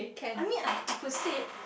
I mean I I could sit